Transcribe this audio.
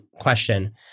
question